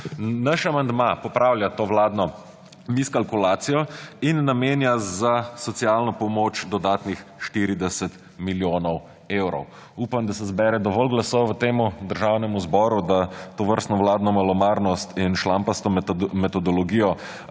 Naš amandma popravlja to vladno miskalkulacijo in namenja za socialno pomoč dodatnih 40 milijonov evrov. Upam, da se zbere dovolj glasov v Državnem zboru, da tovrstno vladno malomarnost in šlampasto metodologijo